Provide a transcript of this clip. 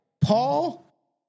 Paul